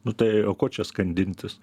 nu tai o ko čia skandintis